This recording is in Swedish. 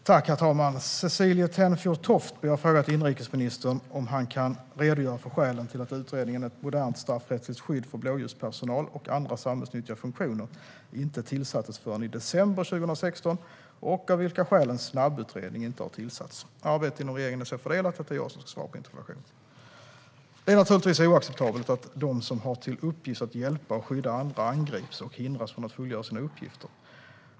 Herr talman! Cecilie Tenfjord-Toftby har frågat inrikesministern om han kan redogöra för skälen till att utredningen Ett modernt straffrättsligt skydd för blåljuspersonal och andra samhällsnyttiga funktioner inte tillsattes förrän i december 2016 och av vilka skäl en snabbutredning inte har tillsatts. Arbetet inom regeringen är så fördelat att det är jag som ska svara på interpellationen. Det är naturligtvis oacceptabelt att de som har till uppgift att hjälpa och skydda andra angrips och hindras från att fullgöra sina uppgifter.